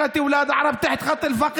אלה תנאי עוני, תנאי עבדות.